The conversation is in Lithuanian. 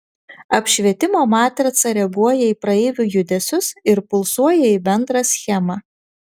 apšvietimo matrica reaguoja į praeivių judesius ir pulsuoja į bendrą schemą